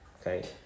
Okay